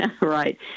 Right